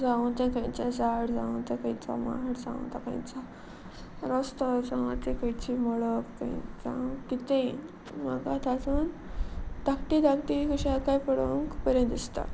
जावं तें खंयचे झाड जावं तें खंयचो माड जावं ते खंयच रस्तो जावं तें खंयचीं मळब खंय जावं कितेंय म्हाका तातून धाकटी धाकटी कशें आतां पळोवंक बरें दिसता